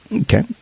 Okay